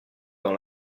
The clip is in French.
dans